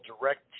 direct